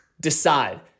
decide